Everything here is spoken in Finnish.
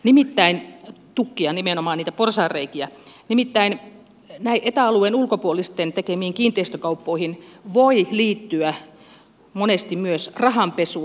nimittäin eu tukia nimenomaan porsaanreikiä nimittäin eta alueen ulkopuolisten tekemiin kiinteistökauppoihin voi liittyä monesti myös rahanpesua